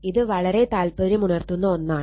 ഇത് വളരെ താൽപര്യമുണർത്തുന്ന ഒന്നാണ്